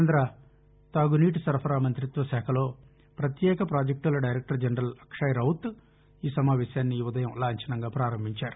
కేంద తాగునీటి సరఫరా మంతిత్వ శాఖలో పత్యేక పాజెక్టుల దైరెక్టర్ జనరల్ అక్షయ్ రౌత్ ఈ సమావేశాన్ని ఈ ఉ దయం లాంఛనంగా పారంభించారు